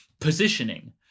positioning